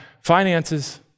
finances